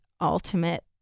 ultimate